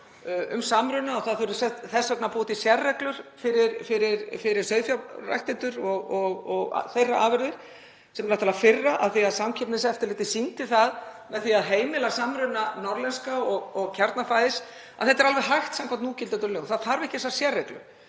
um samruna og þess vegna þurfi að búa til sérreglur fyrir sauðfjárræktendur og þeirra afurðir, sem er náttúrlega firra af því að Samkeppniseftirlitið sýndi það með því að heimila samruna Norðlenska og Kjarnafæðis að þetta er alveg hægt samkvæmt núgildandi lögum. Það þarf ekki þessa sérreglu.